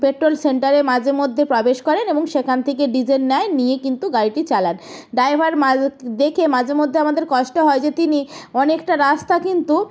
petrol সেন্টারে মাঝে মধ্যে প্রবেশ করেন এবং সেখান থেকে ডিজেল নেয় নিয়ে কিন্তু গাড়িটি চালান ড্রাইভার মাল দেখে মাঝে মধ্যে আমাদের কষ্ট হয় যে তিনি অনেকটা রাস্তা কিন্তু